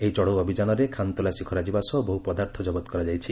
ଏହି ଚଢ଼ଉ ଅଭିଯାନରେ ଖାନତଲାସି କରାଯିବା ସହ ବହୁ ପଦାର୍ଥ ଜବତ କରାଯାଇଛି